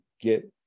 get